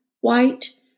white